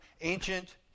ancient